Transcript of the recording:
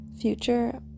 future